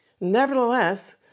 nevertheless